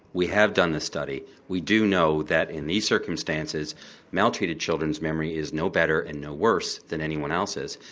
we have done the study, we do know that in these circumstances maltreated children's memory is no better and no worse than anyone else's.